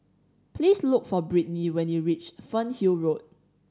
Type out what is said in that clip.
please look for Britney when you reach Fernhill Road